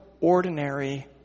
ordinary